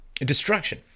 destruction